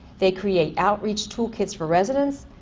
they create outreach, took kits for residents.